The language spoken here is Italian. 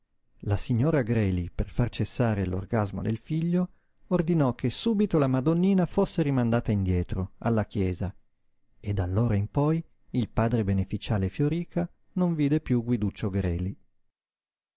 la signora greli per far cessare l'orgasmo del figlio ordinò che subito la madonnina fosse rimandata indietro alla chiesa e d'allora in poi il padre beneficiale fioríca non vide piú guiduccio greli